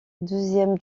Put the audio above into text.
deuxième